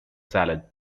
salad